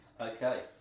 Okay